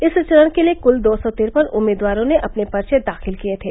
इस चरण के लिये कुल दो सौ तिरपन उम्मीदवारों ने अपने पर्चे दाखिल किये थे